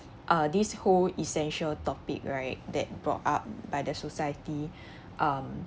uh this whole essential topic right that brought up by the society um